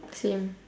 same